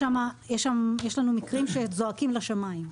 יש לנו מקרים שזועקים לשמים,